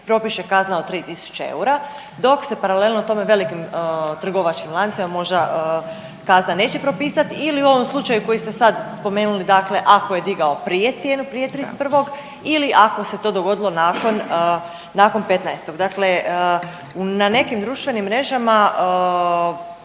propiše kazna od 3 tisuće eura dok se paralelno tome velikim trgovačkim lancima možda kazna neće propisat ili u ovom slučaju koji ste sad spomenuli dakle ako je digao prije cijenu, prije 31. ili ako se to dogodilo nakon, nakon 15., dakle na nekim društvenim mrežama